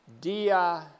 Dia